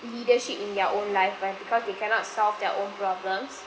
leadership in their own life when because they cannot solve their own problems